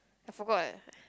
I forgot leh